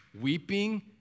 weeping